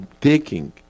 taking